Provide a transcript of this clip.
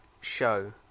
show